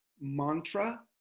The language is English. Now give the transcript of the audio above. mantra